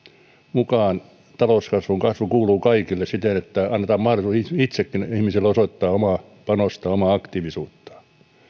mukaan talouskasvuun kasvu kuuluu kaikille siten että annetaan mahdollisuus itsekin ihmisille osoittaa omaa panostaan omaa aktiivisuuttaan